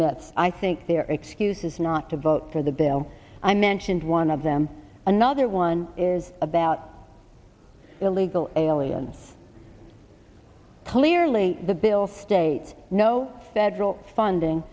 myths i think they're excuses not to vote for the bill i mentioned one of them another one is about illegal aliens clearly the bill states no federal funding